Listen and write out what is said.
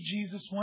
Jesus